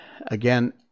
Again